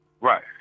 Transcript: right